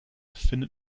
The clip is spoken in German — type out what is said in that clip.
findet